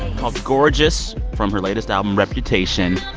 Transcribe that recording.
called gorgeous, from her latest album, reputation.